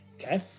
Okay